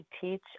teach